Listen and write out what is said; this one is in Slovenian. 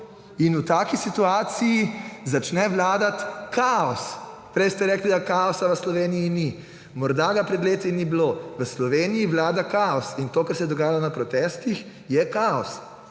In v taki situaciji začne vladati kaos. Prej ste rekli, da kaosa v Sloveniji ni. Morda ga pred leti ni bilo. V Sloveniji vlada kaos! To, kar se je dogajalo na protestih, je kaos.